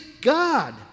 God